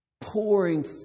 pouring